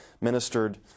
ministered